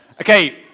Okay